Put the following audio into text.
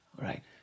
Right